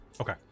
Okay